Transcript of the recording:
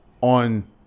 on